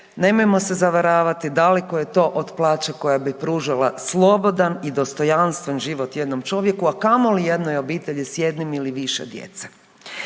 nemojmo se zavaravati, daleko je to od plaće koja bi pružala slobodan i dostojanstven život jednom čovjeku, a kamoli jednoj obitelji s jednim ili više djece